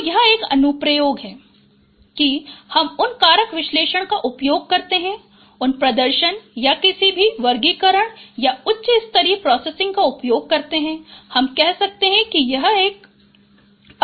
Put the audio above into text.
तो यह एक और अनुप्रयोग है कि हम उन कारक विश्लेषण का उपयोग करते हैं उन प्रदर्शन या किसी भी वर्गीकरण या उच्च स्तरीय प्रोसेसिंग का उपयोग करते हैं हम कह सकते हैं यह एक पाइपलाइन है